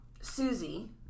Susie